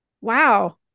wow